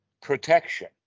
protection